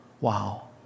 Wow